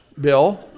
Bill